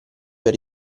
per